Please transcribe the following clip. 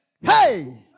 hey